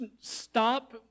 stop